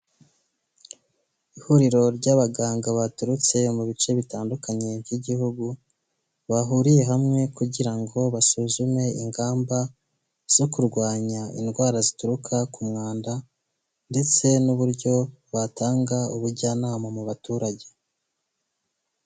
Ihuriro ry'abaganga baturutse mu bice bitandukanye by'igihugu, bahuriye hamwe kugira ngo basuzume ingamba zo kurwanya indwara zituruka ku mwanda, ndetse n'uburyo batanga ubujyanama mu baturage.